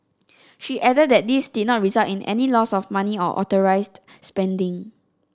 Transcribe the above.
she added that this did not result in any loss of money or unauthorised spending